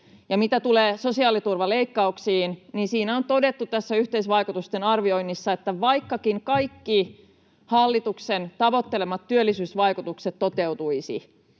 Mitä tulee sosiaaliturvaleikkauksiin, niin tässä yhteisvaikutusten arvioinnissa on todettu, että vaikka kaikki hallituksen tavoittelemat työllisyysvaikutukset toteutuisivatkin,